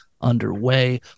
Underway